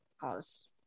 cause